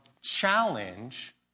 challenge